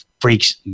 freaks